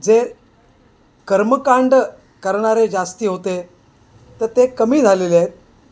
जे कर्मकांड करणारे जास्त होते तर ते कमी झालेले आहेत